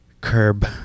curb